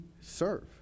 serve